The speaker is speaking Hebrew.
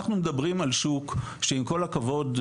אחנו מדברים על שוק שעם כל הכבוד,